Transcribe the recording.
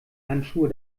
handschuhe